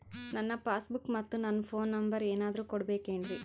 ನನ್ನ passbook ಮತ್ ನನ್ನ ಫೋನ್ ನಂಬರ್ ಏನಾದ್ರು ಕೊಡಬೇಕೆನ್ರಿ?